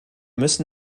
müssen